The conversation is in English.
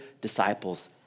disciples